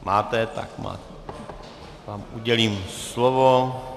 Máte, tak vám udělím slovo.